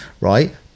right